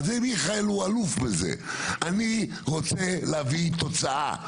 זה מיכאל הוא אלוף בזה אני רוצה להביא תוצאה.